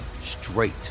straight